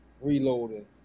reloading